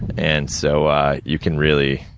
and so you can really,